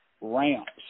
ramps